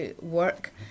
work